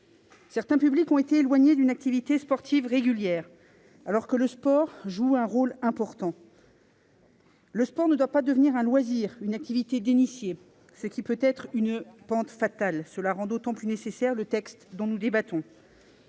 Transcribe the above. Certains publics ont été éloignés de la pratique d'une activité sportive régulière alors que le sport joue un rôle important. Le sport ne doit pas devenir un loisir ou une activité d'initiés, ce qui peut être une pente fatale. Cela rend d'autant plus nécessaire le texte dont nous débattons.